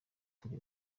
turi